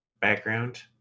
background